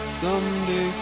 someday